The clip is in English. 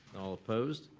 all opposed?